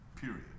Period